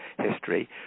history